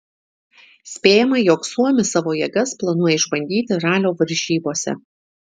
spėjama jog suomis savo jėgas planuoja išbandyti ralio varžybose